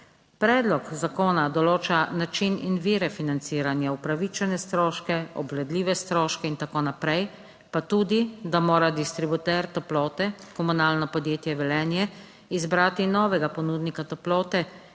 Predlog zakona določa način in vire financiranja, upravičene stroške, obvladljive stroške in tako naprej, pa tudi, da mora distributer toplote Komunalno podjetje Velenje izbrati novega ponudnika toplote,